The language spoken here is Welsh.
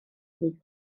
ddydd